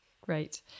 great